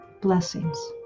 blessings